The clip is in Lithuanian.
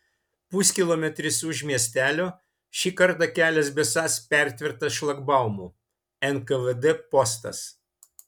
puskilometris už miestelio šį kartą kelias besąs pertvertas šlagbaumu nkvd postas